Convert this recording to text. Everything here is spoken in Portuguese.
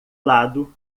lado